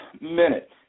minute